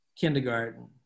kindergarten